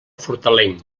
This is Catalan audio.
fortaleny